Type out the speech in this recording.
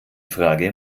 frage